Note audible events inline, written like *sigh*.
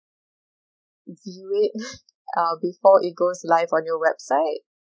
view it *laughs* uh before it goes live on your website